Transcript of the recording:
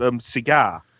cigar